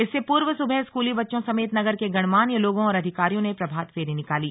इससे पूर्व सुबह स्कूली बच्चों समेत नगर के गणमान्य लोगों और अधिकारियों ने प्रभात फेरी निकाली